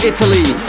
Italy